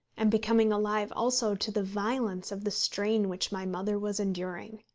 and becoming alive also to the violence of the strain which my mother was enduring.